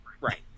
Right